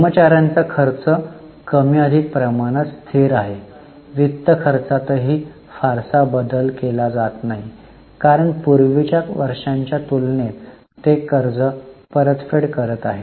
कर्मचार्यांचा खर्च कमी अधिक प्रमाणात स्थिर असतो वित्त खर्चातही फारसा बदल केला जात नाही कारण पूर्वीच्या वर्षांच्या तुलनेत ते कर्ज परतफेड करीत आहेत